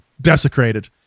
desecrated